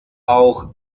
auch